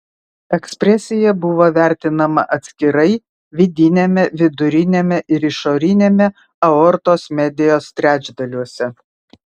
ekspresija buvo vertinama atskirai vidiniame viduriniame ir išoriniame aortos medijos trečdaliuose